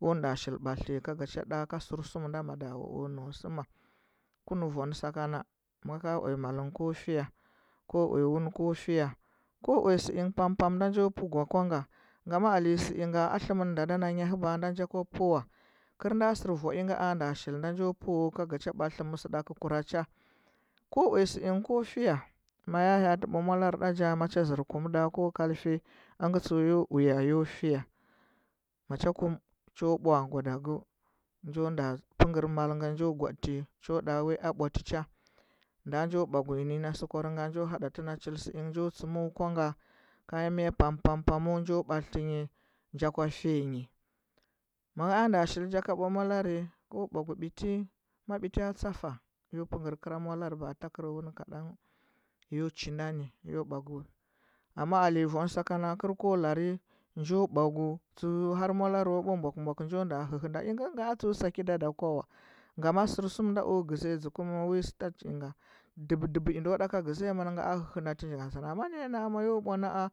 Ko nda stuli ɓatli tɚ nyi ka ga cha ɗa ka sɚrsuma nda madawa o nau sɚma ku nɚ vwa nɚ sakana ma ka uya mal nyi ko fiya ko uya wuni ka fiya ko uya sɚligɚ pam pam nda njo pe gwa ka nga ngama ale sɚ inga a dlɚmɚn nda da ona nya hɚba na nja kwa pe kɚe nda vwa inga nda shili ka njo peu ka nga cha batliti masɚ ɗakɚu kur a cha ko uya sɚingɚ ko fiya ma ya hya ati bwa molarɚ nda nja ma cha zɚr kum nda ko kalfi tsɚu yo uya yo fiya macha kum cho bwa gwa dakɚu njo nda pɚugɚr mal nge njo gwade ti cho ɗa wi a bwa ti cha nda njo bwa nyi nɚ nyi na sukwar nga njo haɗati ny na chul sɚ ingɚ njo tsɚ mɚu kwa nga kayan miya pam pam pam njo batliti nyi nja kwa fiya nyi ma ea nda shili nja ka bwa molare ko bwa gu biti ma biti tsafa njo pekɚr kɚra molare ba a taker wuni kaɗan yo chinda ni yo bwa gu amma ale vwa nɚ sakan na kɚr ko lare njo bwa gu chul har molare bwa ɓukɚ ɓukɚ njo nda hɚhɚna ingen nga a tseu sakida da kwa wa ngama sɚrsum na o gɚȝiya dȝa kula wi starch inga ɗebu ɗɚbu indo ɗaka gɚsiya dȝe inda a tsɚu da wa amma way a na. a ma ya bwa na. a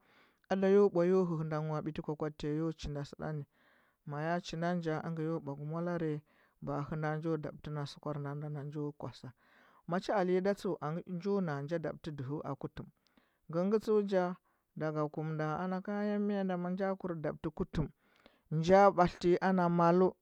ada yo bwa yo hehɚ nda ngɚ wa ɓiti kaka ɗu tamyi yo chi ɚnda sɚ nda ma ya chi nda ngɚ nja ingɚ yo bwa gu molare baa hɚ nda njo dabtɚ ma sukwar kɚr baa kusa ma cha aley da tsu njo nga dɚhɚ aku tem nge ngɚ tsɚu nja daga kum nda ana kayan miya nda ma nja kur dabtɚ ku lɚm nja batliti nyi ana malu